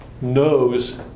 knows